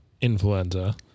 influenza